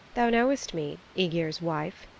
thou knowst me, aegir's wife,